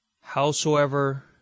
Howsoever